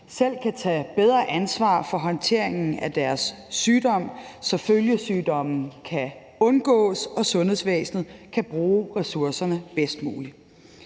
selv kan tage ansvar for håndteringen af deres sygdom, så følgesygdomme kan undgås og sundhedsvæsenet kan bruge ressourcerne bedst muligt.